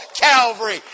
Calvary